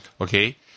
Okay